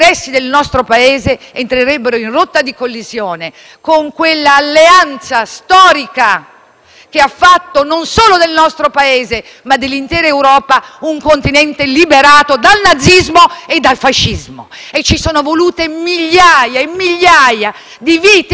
che ha fatto non solo del nostro Paese ma dell'intera Europa un continente liberato dal nazismo e dal fascismo. Ci sono volute migliaia e migliaia di vite umane di giovani americani venuti su queste terre a morire anche per noi.